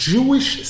Jewish